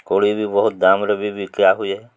କୋଳି ବି ବହୁତ ଦାମରେ ବି ବିକା ହୁଏ